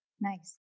Nice